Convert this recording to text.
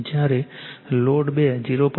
જ્યારે લોડ 2 0